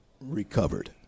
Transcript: recovered